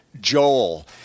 Joel